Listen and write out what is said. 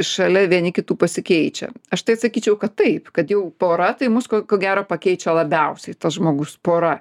šalia vieni kitų pasikeičia aš tai atsakyčiau kad taip kad jau pora tai mus ko gero pakeičia labiausiai tas žmogus pora